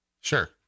Sure